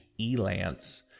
elance